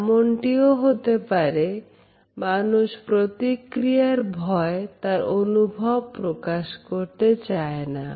এমনটি হতে পারে মানুষ প্রতিক্রিয়ার ভয়ে তার অনুভব প্রকাশ করতে চায় না